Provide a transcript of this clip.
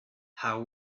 how